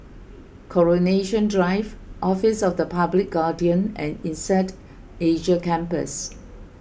Coronation Drive Office of the Public Guardian and Insead Asia Campus